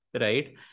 right